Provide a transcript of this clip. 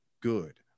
good